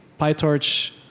PyTorch